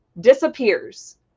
disappears